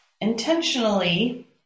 intentionally